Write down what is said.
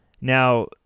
Now